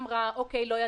העמותה אמרה, לא ידענו,